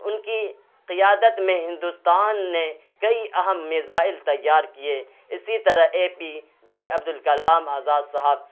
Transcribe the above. ان کی قیادت میں ہندوستان نے کئی اہم میزائل تیار کیے اسی طرح A P J Abdul Kalam Azad صاحب